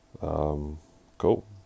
Cool